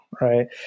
Right